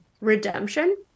redemption